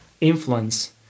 Influence